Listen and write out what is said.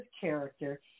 character